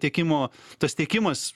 tiekimo tas tiekimas